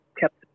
kept